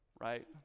Right